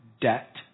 debt